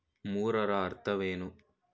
ಮೂರರ ಅರ್ಥವೇನು?